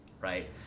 right